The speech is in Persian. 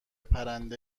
پرنده